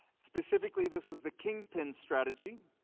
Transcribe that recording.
specifically this was the kingpin strategy